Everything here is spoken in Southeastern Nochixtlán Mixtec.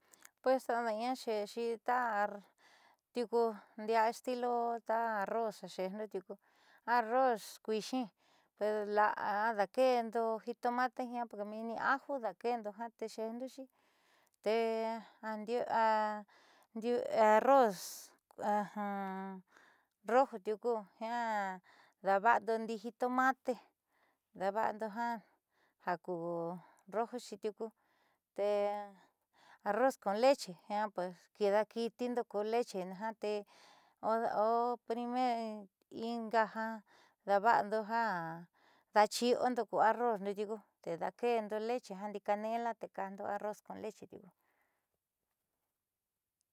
Pues ada'aña xe'exi ta tiuku ndiaa estilo ta arroz jaxe'endo tiuku arroz kuixi la'a a daake'endo jitomate jiaa porque meenni aju daake'endo ja te xe'endoxi tee arroz raja tiuku jiaa daava'ando ndi'i jitomate daava'ando ja ja ku rojoxi tiuku tee arroz con leche jiaa kiidaaki'itiindo ku lechena tee o primero inga jiaa daava'ando ja daaxi'iondo ku arrozndo tiuku te daake'endo leche ndii canela te ka'ajndo arroz con leche tiuku.